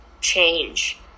change